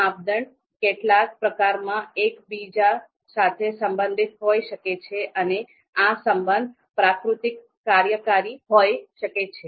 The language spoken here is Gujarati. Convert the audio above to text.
આ માપદંડ કેટલાક પ્રકારમાં એકબીજા સાથે સંબંધિત હોઈ શકે છે અને આ સંબંધ પ્રકૃતિમાં કાર્યકારી હોઈ શકે છે